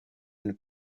and